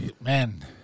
Man